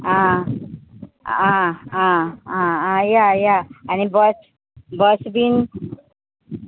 आ आ आ आ या या आनी बस बस बीन